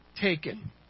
taken